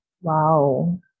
Wow